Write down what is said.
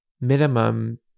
minimum